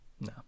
No